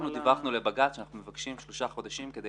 אנחנו דיווחנו לבג"ץ שאנחנו מבקשים שלושה חודשים כדי